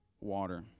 water